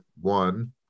one